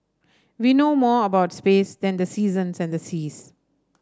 we know more about space than the seasons and the seas